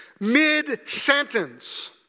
Mid-sentence